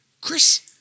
Chris